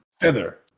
Feather